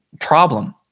Problem